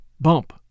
Bump